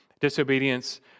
disobedience